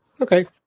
Okay